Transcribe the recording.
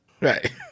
Right